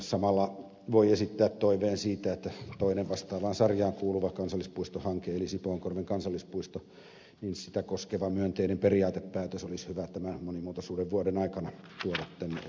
samalla voi esittää toiveen siitä että toinen vastaavaan sarjaan kuuluva kansallispuistohanke eli sipoonkorven kansallispuisto sitä koskeva myönteinen periaatepäätös olisi hyvä tämän monimuotoisuuden vuoden aikana tuoda tänne käsittelyyn